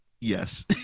Yes